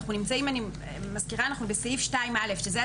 אני מזכירה שאנחנו נמצאים בסעיף 2א,